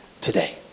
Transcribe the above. today